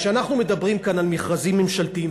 כשאנחנו מדברים כאן על מכרזים ממשלתיים,